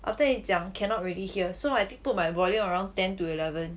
after that 你讲 cannot really hear so I put my volume around ten to eleven